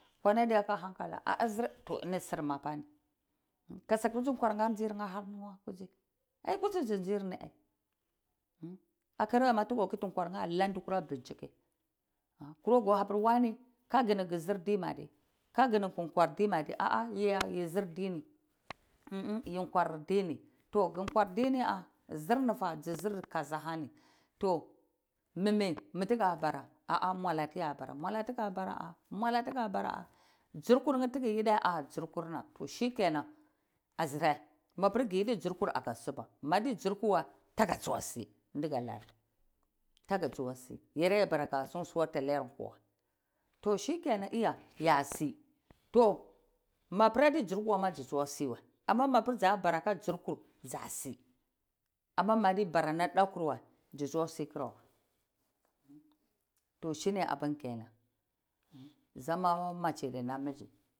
to ini girmi ana hani kadza nkwar nheh ndir ni aivi wai kudzi kudzi ngi nzir ni ai akarame tugah kifi nkwar nheh aga la ndi kuar bincike kuro go ha wane ka gi ni gi ndir ndi madi kaghini gi nkwar ndimadi aha yi ya? Yi zir dini yini yi zir dini to gi bikwar dini zirnifa dzi zi kaza ahani to mimi mitiga bara ah ah mwala tiya bara muala tiga baraah dzir kur nheh ti gi yidae ah dzirkur na to shikenan azirde mapir gi yidi dzirku aga guba mapir dniku g wai taga tsuwae si tagi tsuwai si yarae bara agi suwatu alayar nkwa wai to shikenan iya yasi to ma pir adi dzir kur wai ma dzi tsuwo see wae amamapir dza bara aka dzirkur dzasi amamapir bara nam kura datar wae dzi tsuwae si wai to shine abunkenan shine zaman mace dana miji